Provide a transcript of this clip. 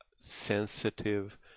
sensitive